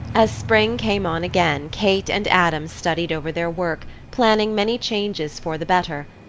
as spring came on again, kate and adam studied over their work, planning many changes for the better,